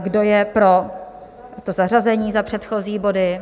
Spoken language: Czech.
Kdo je pro zařazení za předchozí body?